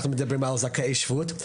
אנחנו מדברים על זכאי שבות.